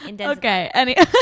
okay